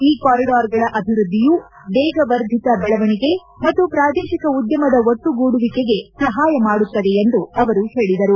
ಈ ಕಾರಿಡಾರ್ ಗಳ ಅಭಿವೃದ್ದಿಯು ವೇಗವರ್ಧಿತ ಬೆಳವಣಿಗೆ ಮತ್ತು ಪ್ರಾದೇಶಿಕ ಉದ್ದಮದ ಒಟ್ಟುಗೂಡುವಿಕೆಗೆ ಸಹಾಯ ಮಾಡುತ್ತದೆ ಎಂದು ಅವರು ಹೇಳಿದರು